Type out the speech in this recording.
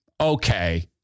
Okay